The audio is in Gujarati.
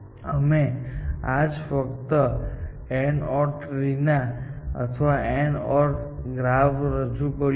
અમે આજે ફક્ત AND OR ટ્રી અથવા AND OR ગ્રાફ રજૂ કર્યો છે